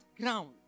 ground